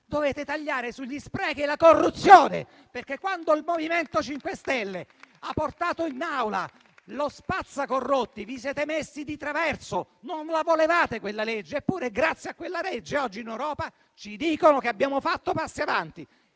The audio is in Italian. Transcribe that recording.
dovete tagliare sugli sprechi e la corruzione, perché quando il MoVimento 5 Stelle ha portato in Aula lo spazza corrotti vi siete messi di traverso. Non la volevate quella legge; eppure, grazie a quella legge, oggi in Europa ci dicono che abbiamo fatto passi avanti.